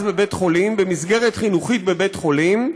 בבית-חולים במסגרת חינוכית בבית-החולים,